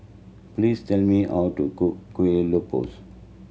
please tell me how to cook Kuih Lopes